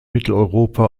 mitteleuropa